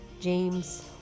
James